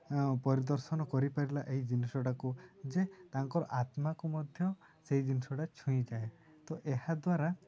ପ୍ରଦର୍ଶନ କରିପାରିଲା ଏହି ଜିନିଷଟାକୁ ଯେ ତାଙ୍କର ଆତ୍ମାକୁ ମଧ୍ୟ ସେହି ଜିନିଷଟା ଛୁଇଁ ଯାଏ ତ ଏହା ଦ୍ୱାରା